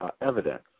evidence